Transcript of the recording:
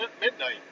midnight